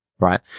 right